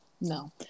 No